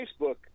Facebook